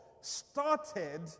started